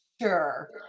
Sure